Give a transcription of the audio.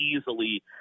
easily